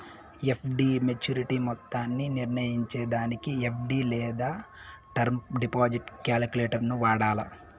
FD maturity మొత్తాన్ని నిర్నయించేదానికి FD లేదా టర్మ్ డిపాజిట్ కాలిక్యులేటరును వాడాల